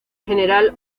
general